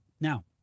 Now